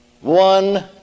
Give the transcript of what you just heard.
One